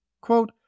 Quote